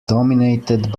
dominated